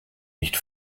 nicht